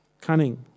cunning